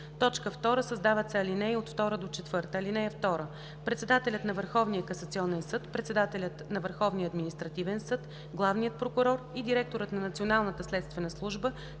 2. Създават се ал. 2 – 4: „(2) Председателят на Върховния касационен съд, председателят на Върховния административен съд, главният прокурор и директорът на Националната следствена служба